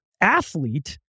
athlete